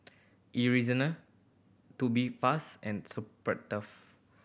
Tubifast and